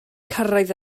cyrraedd